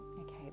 Okay